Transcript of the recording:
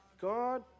God